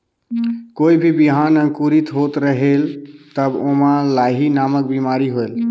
कोई भी बिहान अंकुरित होत रेहेल तब ओमा लाही नामक बिमारी होयल?